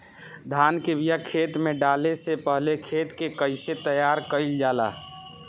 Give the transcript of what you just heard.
धान के बिया खेत में डाले से पहले खेत के कइसे तैयार कइल जाला?